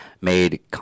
made